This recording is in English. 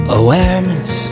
awareness